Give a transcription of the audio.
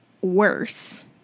worse